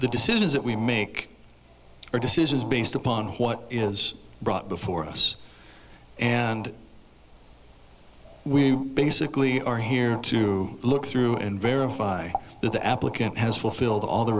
the decisions that we make are decisions based upon what is brought before us and we basically are here to look through and verify that the applicant has fulfilled all the